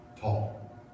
tall